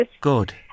Good